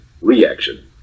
reaction